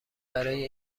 برای